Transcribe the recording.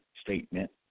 statement